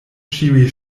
ĉiuj